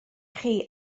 chi